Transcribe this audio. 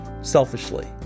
selfishly